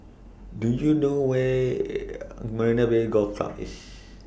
Do YOU know Where Marina Bay Golf